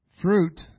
Fruit